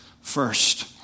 First